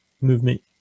movement